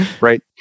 right